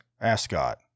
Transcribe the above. Ascot